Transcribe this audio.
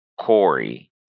Corey